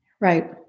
Right